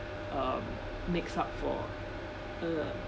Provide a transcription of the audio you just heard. um makes up for uh